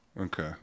Okay